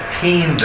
team